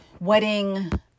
wedding